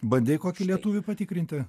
bandei kokį lietuvį patikrinti